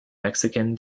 mexican